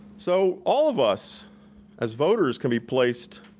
so all of us as voters can be placed